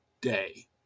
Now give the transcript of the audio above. day